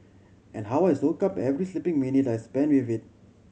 and how I soak up every sleeping minute I spend with it